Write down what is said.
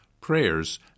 prayers